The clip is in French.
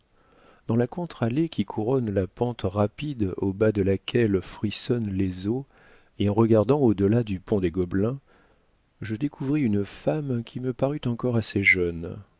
dans la contre-allée qui couronne la pente rapide au bas de laquelle frissonnent les eaux et en regardant au delà du pont des gobelins je découvris une femme qui me parut encore assez jeune